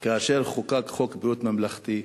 כאשר חוקק חוק ביטוח בריאות ממלכתי,